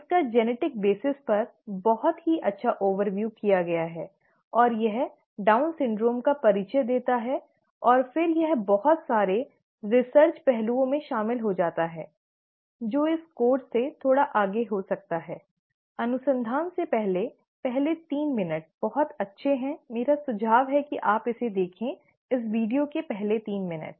इसका आनुवांशिक आधार पर बहुत ही अच्छा अवलोकन किया गया है और यह डाउन सिंड्रोम का परिचय देता है और फिर यह बहुत सारे अनुसंधान पहलुओं में शामिल हो जाता है जो इस कोर्स से थोड़ा आगे हो सकता है अनुसंधान के पहलू पहले तीन मिनट बहुत अच्छे हैं मेरा सुझाव है कि आप इसे देखें इस वीडियो के पहले तीन मिनट